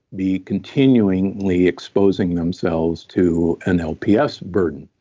be continually exposing themselves to an lps burden